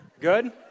Good